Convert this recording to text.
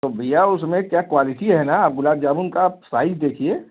तो भैया उसमें क्या क्वालिटी है न गुलाब जामुन का आप साइज देखिये